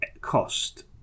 cost